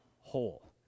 whole